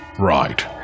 Right